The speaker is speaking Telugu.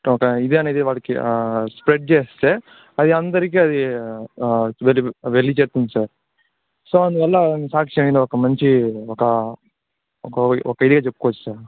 ఒక ఇది అనేది వారికి స్ప్రెడ్ చేస్తే అది అందరికీ అది వెళ్ళి వెళ్ళి చెప్తుంది సార్ సో అందువల్ల సాక్షి అనేది ఒక మంచి ఒక ఒక ఇదిగా చెప్పుకోవచ్చు సార్